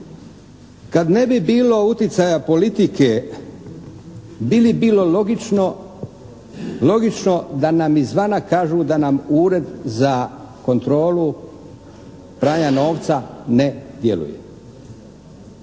Kad ne bi bilo uticaja politike, bi li bilo logično da nam izvana kažu da nam Ured za kontrolu pranja novca ne djeluje?